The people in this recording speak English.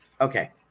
Okay